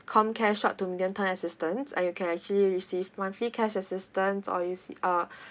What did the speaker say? com care short to medium term assistance uh you can actually receive monthly cash assistance or receive uh